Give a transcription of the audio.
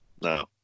no